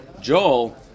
Joel